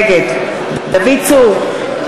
נגד דוד צור,